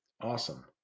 awesome